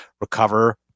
recover